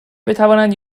بتوانند